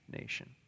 nation